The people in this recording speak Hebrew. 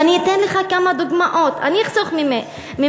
ואני אתן לך כמה דוגמאות, אני אחסוך ממך.